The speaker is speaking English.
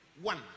One